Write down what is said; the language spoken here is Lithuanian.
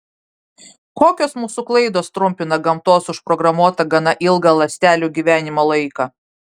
kokios mūsų klaidos trumpina gamtos užprogramuotą gana ilgą ląstelių gyvenimo laiką